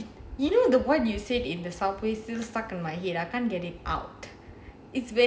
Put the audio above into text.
stop it you what you said in the subway is still stuck in my head I can't get it out